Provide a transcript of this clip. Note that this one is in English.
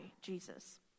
Jesus